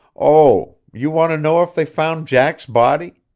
oh, you want to know if they found jack's body?